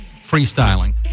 freestyling